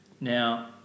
Now